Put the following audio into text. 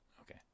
Okay